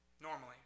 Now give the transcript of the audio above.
normally